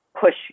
push